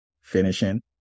finishing